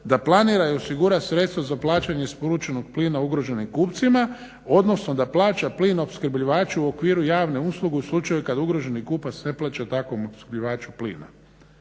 da planira i osigura sredstva za plaćanje isporučenog plina ugroženim kupcima, odnosno da plaća plin opskrbljivaču u okviru javne usluge u slučaju kada ugroženi kupac ne plaća takvom opskrbljivaču plina.